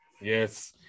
Yes